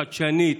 חדשנית,